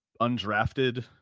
undrafted